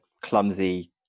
clumsy